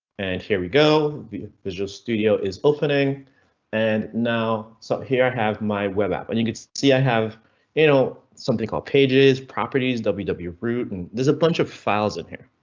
and here we go. visual studio is opening and now so here i have my web app and you could see i have you know something called pages, properties, ww ww root and there's a bunch of files in here.